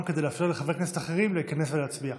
כדי לאפשר לחברי כנסת אחרים להיכנס ולהצביע.